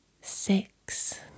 six